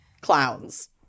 Clowns